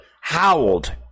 howled